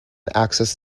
access